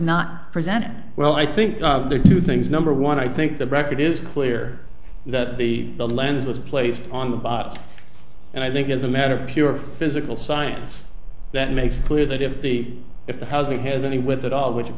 not presented well i think there are two things number one i think the record is clear that the the lens was placed on the bottom and i think as a matter of pure physical science that makes it clear that if the if the housing has any with at all which of